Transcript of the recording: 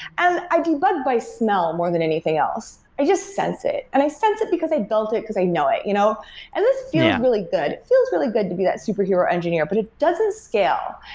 and i debug by smell more than anything else. i just sense it, and i sense it because i built, cause i know it. you know and this feels really good. it feels really good to be that super hero engineer, but it doesn't scale.